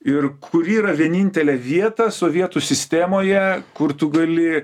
ir kur yra vienintelė vieta sovietų sistemoje kur tu gali